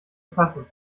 passen